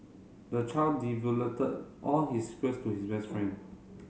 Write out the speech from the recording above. the child all his secrets to his best friend